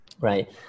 right